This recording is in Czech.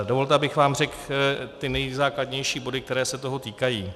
Dovolte, abych vám řekl ty nejzákladnější body, které se toho týkají.